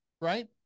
right